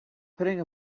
putting